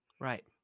Right